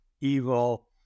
evil